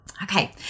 Okay